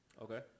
Okay